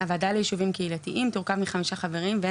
6ו. (א) הוועדה ליישובים קהילתיים תורכב מחמישה חברים בהם